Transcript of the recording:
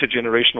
intergenerational